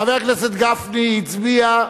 חבר הכנסת גפני הצביע,